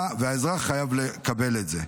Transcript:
האזרח חייב לקבל את זה.